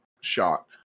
shot